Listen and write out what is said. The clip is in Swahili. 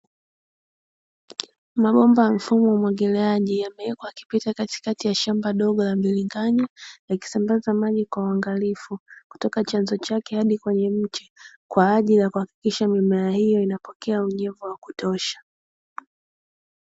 Mabomba ya mfumo wa umwagiliaji yamewekwa yakipita katikati ya shamba dogo la bilinganya, yakisambaza maji kwa uangalifu, kutoka chanzo chake hadi kwenye mti, kwa ajili ya kuhakikisha mimea hiyo inapokea unyevu wa kutosha.